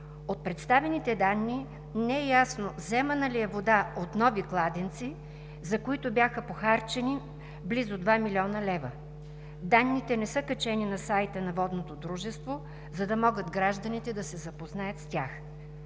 От предоставените данни не е ясно вземана ли е вода от нови кладенци, за които бяха похарчени близо 2 млн. лв. Данните не са качени на сайта на водното дружество, за да могат гражданите да се запознаят с тях.